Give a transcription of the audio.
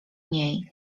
niej